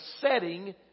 setting